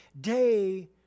day